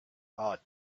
hot